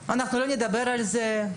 שלא נדבר על זה,